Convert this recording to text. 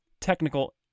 technical